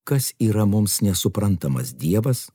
kas yra mums nesuprantamas dievas